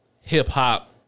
hip-hop